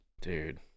Dude